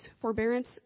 forbearance